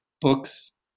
books